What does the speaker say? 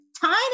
tiny